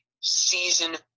season